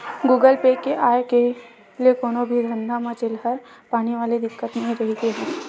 Google Pay के आय ले कोनो भी धंधा म चिल्हर पानी वाले दिक्कत नइ रहिगे हे